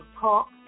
talk